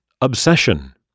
Obsession